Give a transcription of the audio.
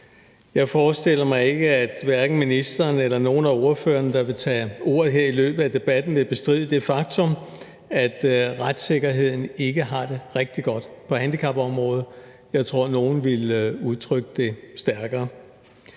Jeg forestiller mig ikke, at hverken ministeren eller nogen af de ordførere, der vil tage ordet her i løbet af debatten, vil bestride det faktum, at retssikkerheden ikke har det rigtig godt på handicapområdet – jeg tror, at nogle ville udtrykke det stærkere.